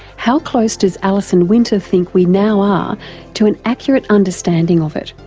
how close does alison winter think we now are to an accurate understanding of it?